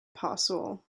possible